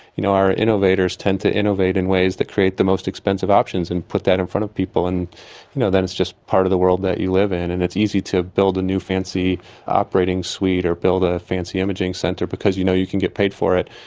you know, our innovators tend to innovate in ways that create the most expensive options and put that in front of people, and you know, then it's just part of the world that you live in and it's easy to build the new, fancy operating suite or build a fancy imaging centre because you know you can get paid for it,